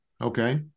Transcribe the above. Okay